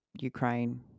Ukraine